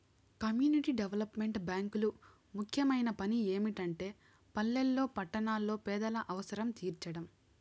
community development బ్యేంకులు ముఖ్యమైన పని ఏమిటంటే పల్లెల్లో పట్టణాల్లో పేదల అవసరం తీర్చడం